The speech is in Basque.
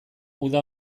uda